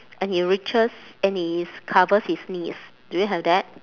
and he reaches and is covers his knees do you have that